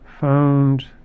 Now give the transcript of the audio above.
found